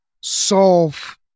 solve